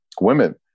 women